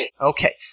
Okay